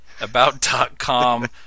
About.com